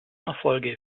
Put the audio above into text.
erfolge